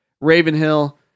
Ravenhill